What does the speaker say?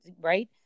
right